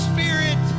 Spirit